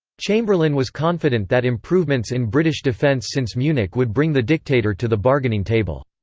chamberlain was confident that improvements in british defence since munich would bring the dictator to the bargaining table.